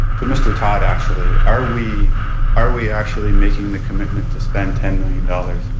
to mr. todd actually, are we are we actually making the commitment to spend ten million dollars?